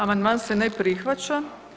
Amandman se ne prihvaća.